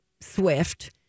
Swift